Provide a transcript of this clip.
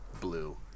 blue